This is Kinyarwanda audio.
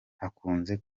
hakunze